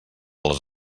les